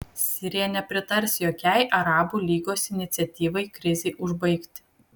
sirija nepritars jokiai arabų lygos iniciatyvai krizei užbaigti